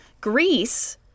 Greece